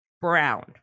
Brown